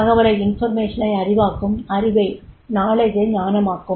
தகவலை அறிவாக்கும் அறிவை ஞானமாக்கும்